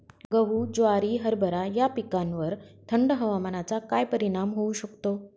गहू, ज्वारी, हरभरा या पिकांवर थंड हवामानाचा काय परिणाम होऊ शकतो?